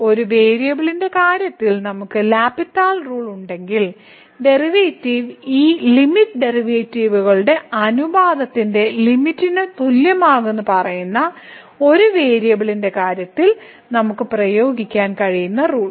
ഒരു വേരിയബിളിന്റെ കാര്യത്തിൽ നമുക്ക് എൽ ഹോസ്പിറ്റൽ റൂൾ ഉണ്ടെങ്കിൽ ഡെറിവേറ്റീവ് ഈ ലിമിറ്റ് ഡെറിവേറ്റീവുകളുടെ അനുപാതത്തിന്റെ ലിമിറ്റ് തുല്യമാകുമെന്ന് പറയുന്ന ഒരു വേരിയബിളിന്റെ കാര്യത്തിൽ നമുക്ക് പ്രയോഗിക്കാൻ കഴിയുന്ന റൂൾ